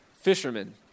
fishermen